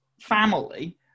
family